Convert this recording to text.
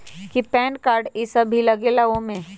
कि PAN card इ सब भी लगेगा वो में?